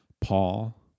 Paul